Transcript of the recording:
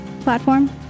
platform